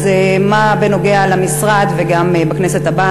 לכן, מה בנוגע למשרד וגם לכנסת הנוכחית?